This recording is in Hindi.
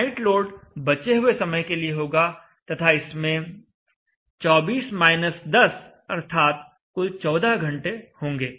नाइट लोड बचे हुए समय के लिए होगा तथा इसमें 24 10 अर्थात कुल 14 घंटे होंगे